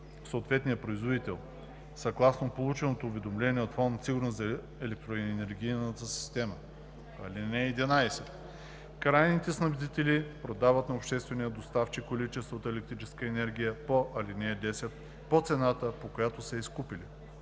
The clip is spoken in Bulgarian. съответния производител, съгласно полученото уведомление от Фонд „Сигурност на електроенергийната система“. (11) Крайните снабдители продават на обществения доставчик количествата електрическа енергия по ал. 10 по цената, по която са я изкупили.